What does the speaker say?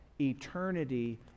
eternity